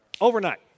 Overnight